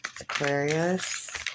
Aquarius